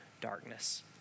darkness